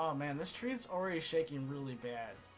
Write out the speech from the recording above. um and ministries ah were a shaken really bad